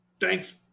Thanks